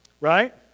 Right